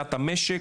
מבחינת המשק,